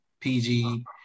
PG